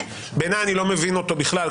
בעיני אני לא מבין אותו בכלל,